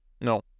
No